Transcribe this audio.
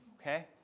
okay